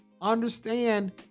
Understand